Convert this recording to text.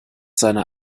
seiner